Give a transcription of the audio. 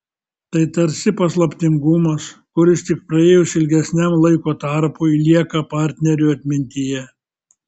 tai tarsi paslaptingumas kuris tik praėjus ilgesniam laiko tarpui lieka partnerių atmintyje